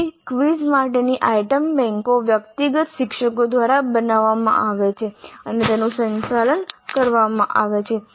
તેથી ક્વિઝ માટેની આઇટમ બેન્કો વ્યક્તિગત શિક્ષકો દ્વારા બનાવવામાં આવે છે અને તેનું સંચાલન કરવામાં આવે છે